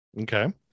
Okay